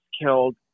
killed